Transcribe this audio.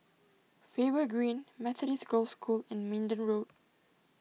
Faber Green Methodist Girls' School and Minden Road